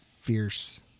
fierce